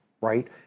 right